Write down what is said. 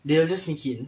they will just sneak in